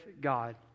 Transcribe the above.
God